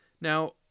Now